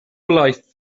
laeth